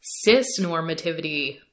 cis-normativity